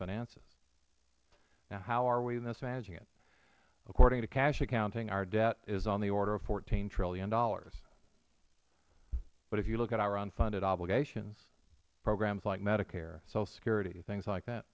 finances now how are we mismanaging it according to cash accounting our debt is on the order of fourteen dollars trillion but if you look at our unfunded obligations programs like medicare social security things like that